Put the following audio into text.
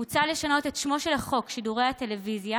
מוצע לשנות את שמו לחוק שידורי טלוויזיה